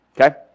okay